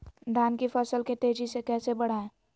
धान की फसल के तेजी से कैसे बढ़ाएं?